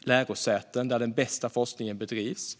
lärosäten där den bästa forskningen bedrivs.